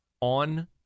on